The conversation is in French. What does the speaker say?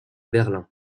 berlin